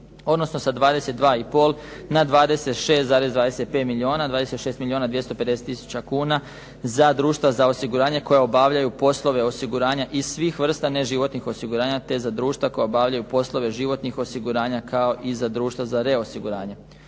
odnosno sa 22,5 na 26,25 milijuna, 26 milijuna 250 tisuća kuna za društva za osiguranje koja obavljaju poslove osiguranja i svih vrsta neživotnih osiguranja te za društva koja obavljaju poslove životnih osiguranja kao i za društva za reosiguranja.